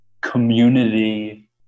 community